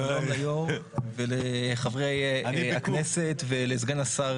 שלום ליו"ר ולחברי הכנסת ולסגן השר